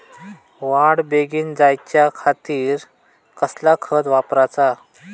वाढ बेगीन जायच्या खातीर कसला खत वापराचा?